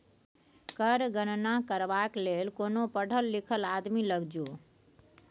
कर गणना करबाक लेल कोनो पढ़ल लिखल आदमी लग जो